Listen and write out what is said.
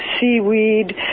seaweed